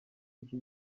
iki